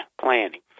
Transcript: planning